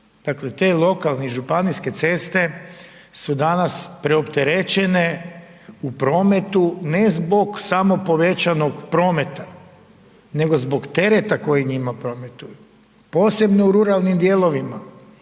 te lokalne i županijske ceste su danas preopterećene u prometu ne zbog samo povećanog prometa nego zbog tereta koji njima prometuje. Posebno u ruralnim dijelovima.